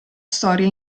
storia